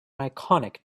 iconic